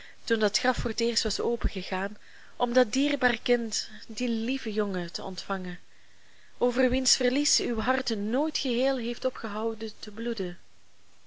toen dat graf voor t eerst was opengegaan om dat dierbaar kind dien lieven jongen te ontvangen over wiens verlies uw hart nooit geheel heeft opgehouden te bloeden